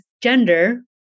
gender